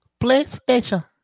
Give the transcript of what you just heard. playstation